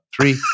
three